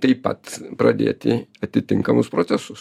taip pat pradėti atitinkamus procesus